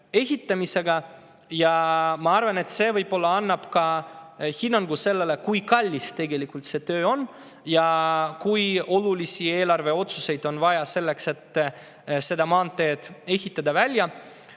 ehitamisega. Ma arvan, et see võib-olla annab ka hinnangu sellele, kui kallis see töö tegelikult on ja kui olulisi eelarveotsuseid on vaja selleks, et seda maanteed välja